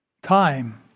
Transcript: time